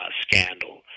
scandal